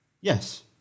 Yes